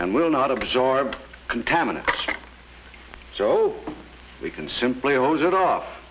and will not absorb contaminants so we can simply owns it off